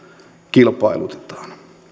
kilpailutetaan